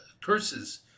curses